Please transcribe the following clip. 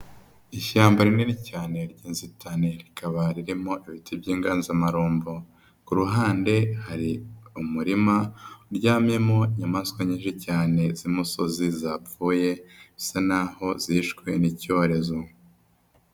Ishyamba rinini cyane ry'inzitane rikaba ririmo ibiti by'inganzamarumbo, ku ruhande hari umurima uryamyemo inyamaswa nyinshi cyane z'umusozi zapfuye zisa naho zishwe n'icyorezo.